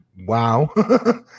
wow